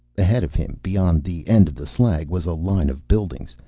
ahead of him, beyond the end of the slag, was a line of buildings,